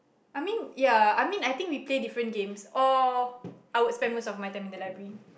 I mean ya I mean I think we play different games or I would spend most of my time in the library